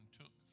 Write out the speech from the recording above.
took